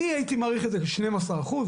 אני הייתי מעריך את זה כשנים עשר אחוז.